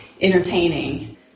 entertaining